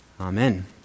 Amen